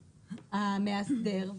המאסדר,